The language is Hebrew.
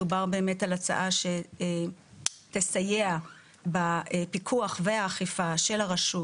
מדובר באמת על הצעה שתסייע בפיקוח והאכיפה של הרשות